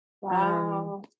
Wow